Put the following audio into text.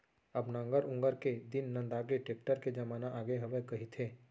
अब नांगर ऊंगर के दिन नंदागे, टेक्टर के जमाना आगे हवय कहिथें